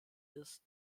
ist